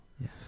Yes